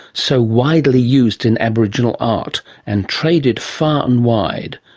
so widely used in aboriginal art and traded far and wide.